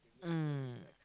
mm